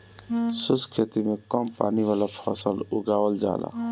शुष्क खेती में कम पानी वाला फसल उगावल जाला